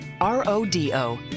R-O-D-O